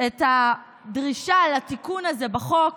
את הדרישה לתיקון הזה בחוק,